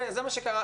זה מה שקרה.